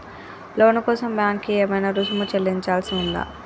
లోను కోసం బ్యాంక్ కి ఏమైనా రుసుము చెల్లించాల్సి ఉందా?